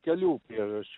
kelių priežasčių